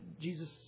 Jesus